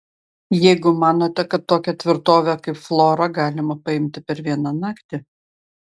jeigu manote kad tokią tvirtovę kaip flora galima paimti per vieną naktį